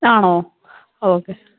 ആണോ ഓക്കെ